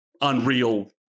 unreal